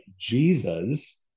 Jesus